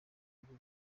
ngo